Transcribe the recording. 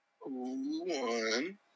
One